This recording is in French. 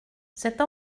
cette